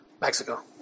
Mexico